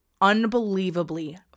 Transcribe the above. unbelievably